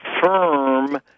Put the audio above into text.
firm